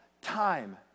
time